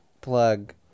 plug